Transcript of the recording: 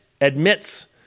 admits